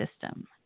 system